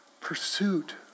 Pursuit